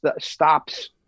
stops